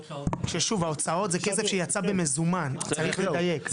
ששוב, ההוצאות זה כסף שיצא במזומן, צריך לדייק.